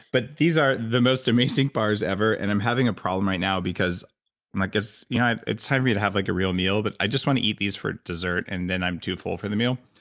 but these are the most amazing bars ever, and i'm having a problem right now because and like it's you know it's time for me to have like a real meal, but i just want to eat these for dessert, and then i'm too full for the meal.